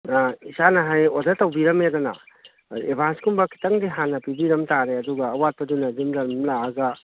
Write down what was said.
ꯏꯁꯥꯅ ꯍꯌꯦꯡ ꯑꯣꯗꯔ ꯇꯧꯕꯤꯔꯝꯃꯦꯗꯅ ꯑꯗꯒꯤ ꯑꯦꯗꯚꯥꯟꯁꯀꯨꯝ ꯈꯤꯇꯪꯗꯤ ꯍꯥꯟꯅ ꯄꯤꯕꯤꯔꯝꯇꯥꯔꯦ ꯑꯗꯨꯒ ꯑꯋꯥꯠꯄꯗꯨꯅ ꯑꯗꯨꯝ ꯂꯧ ꯂꯥꯛꯑꯒ